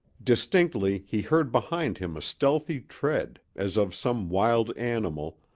distinctly he heard behind him a stealthy tread, as of some wild animal,